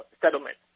settlement